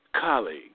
colleague